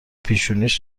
پیشونیش